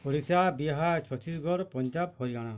Odisha Bihar Chhattisgarh Punjab Haryana